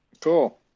cool